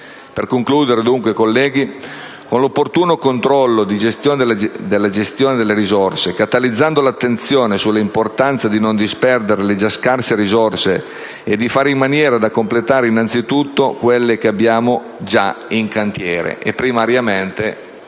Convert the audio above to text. Per concludere, colleghi, auspico che vi sia un opportuno controllo sulla gestione delle risorse, catalizzando l'attenzione sull'importanza di non disperdere le già scarse risorse, facendo in maniera di completare innanzitutto quelle che abbiamo già in cantiere. *(Applausi dal